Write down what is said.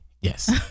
Yes